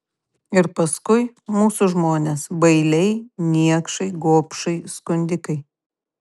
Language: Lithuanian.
ir paskui mūsų žmonės bailiai niekšai gobšai skundikai